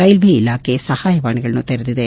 railway ಇಲಾಖೆಯು ಸಹಾಯವಾಣಿಗಳನ್ನು ತೆರೆದಿದೆ